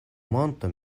monto